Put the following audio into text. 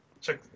check